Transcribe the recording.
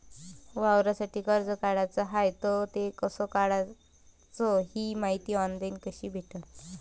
वावरासाठी कर्ज काढाचं हाय तर ते कस कराच ही मायती ऑनलाईन कसी भेटन?